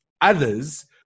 others